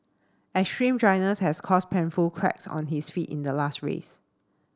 extreme dryness has caused painful cracks on his feet in the last race